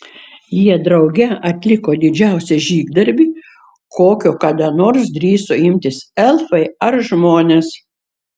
jie drauge atliko didžiausią žygdarbį kokio kada nors drįso imtis elfai ar žmonės